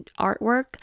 artwork